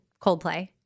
Coldplay